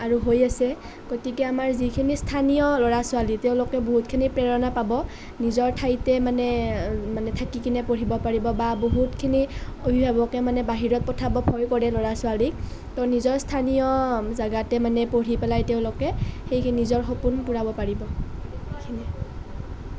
আৰু হৈ আছে গতিকে আমাৰ যিখিনি স্থানীয় ল'ৰা ছোৱালী তেওঁলোকে বহুতখিনি প্ৰেৰণা পাব নিজৰ ঠাইতে মানে মানে থাকি কেনে পঢ়িব পাৰিব বা বহুতখিনি অভিভাৱকে মানে বাহিৰত পঠাব ভয় কৰে ল'ৰা ছোৱালীক তো নিজৰ স্থানীয় জেগাতে মানে পঢ়ি পেলাই তেওঁলোকে সেই নিজৰ সপোন পূৰাব পাৰিব এইখিনিয়েই